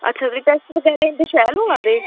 अच्छा टैस्ट बगैरा इं'दे शैल होआ दे